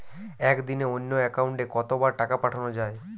একদিনে অন্য একাউন্টে কত বার টাকা পাঠানো য়ায়?